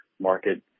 market